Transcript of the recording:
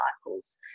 cycles